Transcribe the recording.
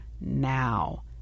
now